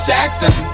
Jackson